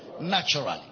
naturally